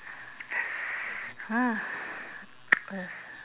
mm it's